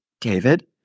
David